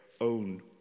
own